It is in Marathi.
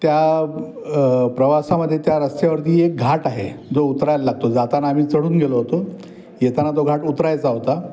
त्या प्रवासामध्ये त्या रस्त्यावरती एक घाट आहे जो उतरायला लागतो जाताना आम्ही चढून गेलो होतो येताना तो घाट उतरायचा होता